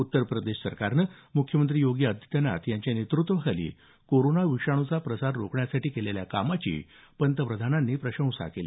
उत्तर प्रदेश सरकारनं म्ख्यमंत्री योगी आदित्यनाथ यांच्या नेतृत्वाखाली कोरोना विषाणूचा प्रसार रोखण्यासाठी केलेल्या कामाची त्यांनी प्रशंसा केली